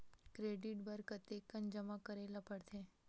Credit बर कतेकन जमा करे ल पड़थे?